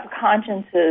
consciences